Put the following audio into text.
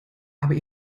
aber